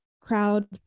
crowd